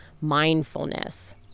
mindfulness